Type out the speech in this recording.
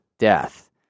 death